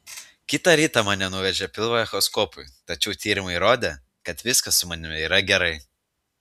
kitą rytą mane nuvežė pilvo echoskopui tačiau tyrimai rodė kad viskas su manimi yra gerai